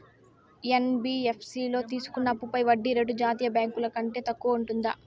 NBFC లో తీసుకున్న అప్పుపై వడ్డీ రేటు జాతీయ బ్యాంకు ల కంటే తక్కువ ఉంటుందా?